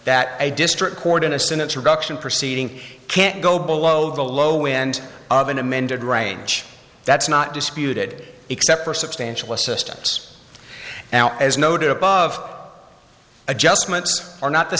that a district court in a sentence reduction proceeding can't go below the low end of an amended range that's not disputed except for substantial assistance now as noted above adjustments are not the